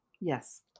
Yes